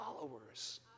followers